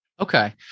Okay